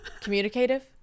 communicative